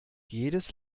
jedes